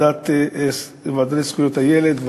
הוועדה לזכויות הילד,